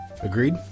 Agreed